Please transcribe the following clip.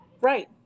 right